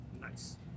Nice